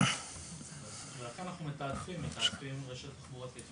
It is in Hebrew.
אז אנחנו מתעדפים רשת תחבורתית,